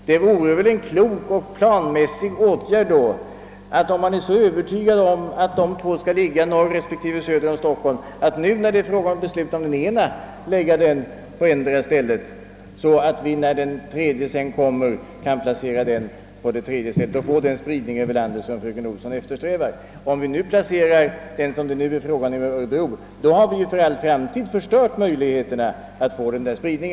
Om man då är så övertygad om att de två högskolorna skall ligga norr resp. söder om Stockholm, vore det väl en klok och planmässig åtgärd att nu, när det är fråga om att besluta om den ena, förlägga den på endera stället, så att vi, när den tredje högskolan sedermera skall inrättas, kan placera den på det tredje stället och åstadkomma den spridning över landet som fröken Olsson eftersträvar. Om vi placerar den högskola som den det nu är fråga om i Örebro, så har vi ju för all framtid förstört möjligheterna att få till stånd en spridning.